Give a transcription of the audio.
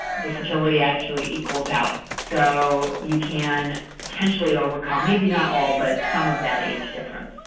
the fertility actually equals out. so you can potentially overcome maybe not all but some of that age difference.